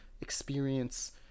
experience